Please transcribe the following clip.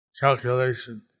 calculation